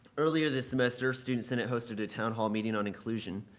earlier this semester, student senate hosted a town hall meeting on inclusion.